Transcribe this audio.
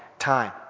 Time